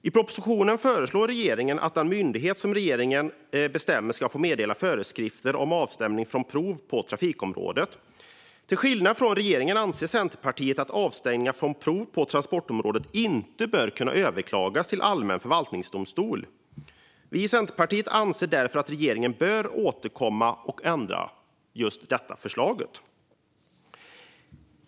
I propositionen föreslår regeringen att den myndighet som regeringen bestämmer ska få meddela föreskrifter om avstängning från prov på transportområdet. Till skillnad från regeringen anser Centerpartiet att avstängningar från prov på transportområdet inte bör kunna överklagas till allmän förvaltningsdomstol. Vi i Centerpartiet anser därför att regeringen bör återkomma och ändra just detta förslag.